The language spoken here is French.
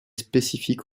spécifique